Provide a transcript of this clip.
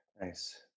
Nice